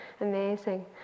amazing